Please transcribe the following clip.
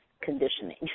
conditioning